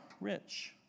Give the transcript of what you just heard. rich